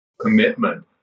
commitment